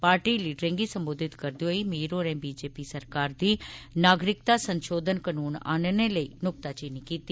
party लीडरें गी संबोधत करदे होई मीर होरें भाजपा सरकार दी नागरिकता संशोधन कनून आन्नने लेई नुक्ताचीनी कीती